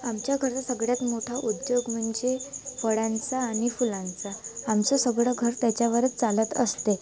आमच्याकडं सगळ्यात मोठा उद्योग म्हणजे फळांचा आणि फुलांचा आमचं सगळं घर त्याच्यावरच चालत असते